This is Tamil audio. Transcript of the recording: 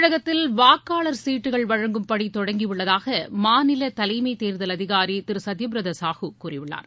தமிழகத்தில் வாக்காளர் சீட்டுகள் வழங்கும் பணி தொடங்கி உள்ளதாக மாநில தலைமைத் தேர்தல் அதிகாரி திரு சத்தியபிரத சாஹூ கூறியுள்ளார்